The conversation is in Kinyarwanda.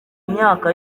imyaka